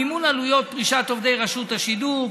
מימון עלויות פרישת עובדי רשות השידור,